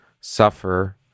suffer